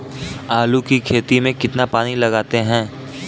आलू की खेती में कितना पानी लगाते हैं?